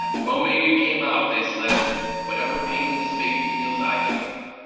the moment you you came out they said whatever pain this baby feels, i feel.